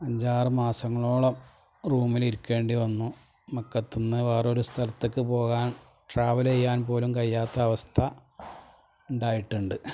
അഞ്ചാറ് മാസങ്ങളോളം റൂമിലിരിക്കേണ്ടി വന്നു മക്കത്തു നിന്ന് വേറൊരു സ്ഥലത്തേക്ക് പോകാന് ട്രാവൽ ചെയ്യാന് പോലും കഴിയാത്ത അവസ്ഥ ഉണ്ടായിട്ടുണ്ട്